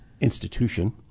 institution